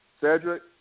Cedric